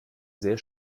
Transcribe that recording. sehr